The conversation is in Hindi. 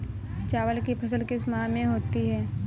चावल की फसल किस माह में होती है?